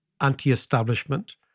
anti-establishment